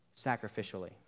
sacrificially